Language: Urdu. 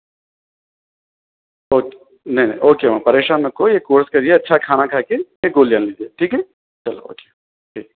اور نہیں نہیں اور کیا وہاں پریشان نکو یہ کورس کریے اچھا کھانا کھا کے گولیاں لیجئے ٹھیک ہے چلو اوکے ٹھیک